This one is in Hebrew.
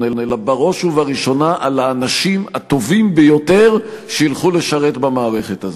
אלא בראש ובראשונה על האנשים הטובים ביותר שילכו לשרת במערכת הזאת.